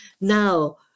Now